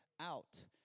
out